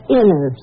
inner